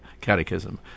catechism